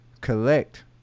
collect